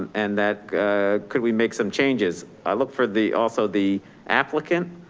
and that could we make some changes? i look for the, also the applicant,